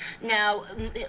Now